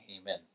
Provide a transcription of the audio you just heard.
amen